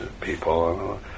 people